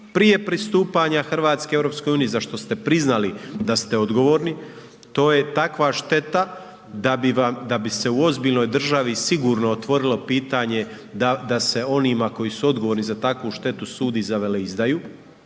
prije pristupanja Hrvatske EU, za što ste priznali da se odgovorni, to je takva šteta da bi se u ozbiljnoj državi sigurno otvorilo pitanje da se onima koji su odgovorni za takvu štetu sudi za veleizdaju.